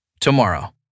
tomorrow